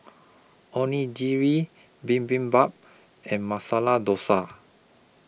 Onigiri Bibimbap and Masala Dosa